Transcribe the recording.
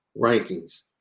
rankings